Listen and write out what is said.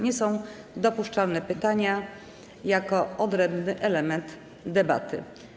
Nie są dopuszczalne pytania jako odrębny element debaty.